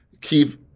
keep